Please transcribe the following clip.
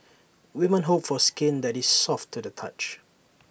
women hope for skin that is soft to the touch